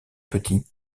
petits